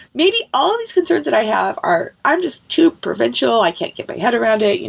maybe all these concerns that i have are i'm just too provincial. i can't get my head around it. you know